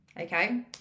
Okay